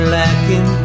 lacking